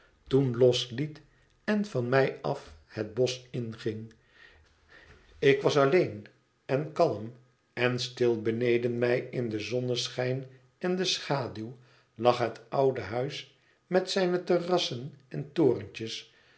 toen losliet en van mij af het b osch inging ik was alleen en kalm en stil beneden mij in den zonneschijn en de schaduw lag het oude huis met zijne terrassen en torentjes